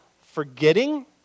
forgetting